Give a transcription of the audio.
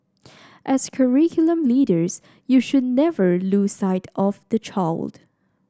as curriculum leaders you should never lose sight of the child